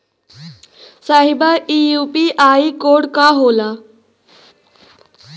साहब इ UPI code का होला?